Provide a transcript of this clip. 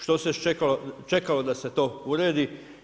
Što se čekalo da se to uredi?